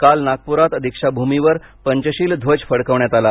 काल नागपुरात दीक्षाभूमीवर पंचशील ध्वज फडकवण्यात आला